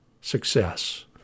success